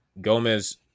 Gomez